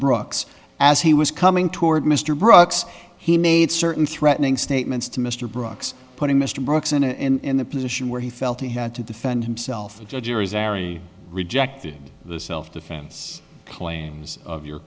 brooks as he was coming toward mr brooks he made certain threatening statements to mr brooks putting mr brooks in the position where he felt he had to defend himself the judge irizarry rejected the self defense claims of your